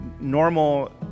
normal